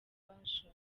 ububasha